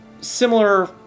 similar